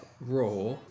Raw